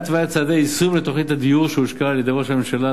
התוויית צעדי יישום לתוכנית הדיור שהושקה על-ידי ראש הממשלה,